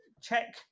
check